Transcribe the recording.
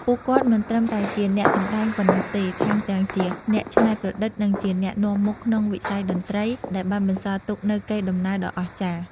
ពួកគាត់មិនត្រឹមតែជាអ្នកសំដែងប៉ុណ្ណោះទេ ថែមទាំងជាអ្នកច្នៃប្រឌិត និងជាអ្នកនាំមុខក្នុងវិស័យតន្ត្រី ដែលបានបន្សល់ទុកនូវកេរដំណែលដ៏អស្ចារ្យ។